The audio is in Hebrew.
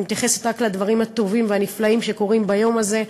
אני מתייחסת רק לדברים הטובים והנפלאים שקורים ביום הזה.